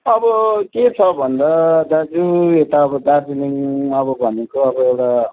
अब के छ भन्दा दाजु यता अब दार्जिलिङ अब भनेको अब एउटा